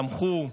תמכו.